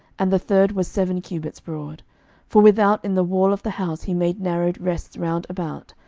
and the third was seven cubits broad for without in the wall of the house he made narrowed rests round about,